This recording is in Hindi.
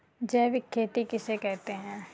जैविक खेती किसे कहते हैं?